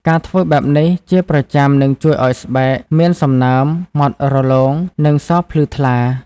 ការធ្វើបែបនេះជាប្រចាំនឹងជួយឲ្យស្បែកមានសំណើម ម៉ដ្ឋរលោង និងសភ្លឺថ្លា។